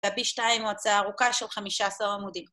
ובי שתיים הוצאה ארוכה של חמישה עשר עמודים.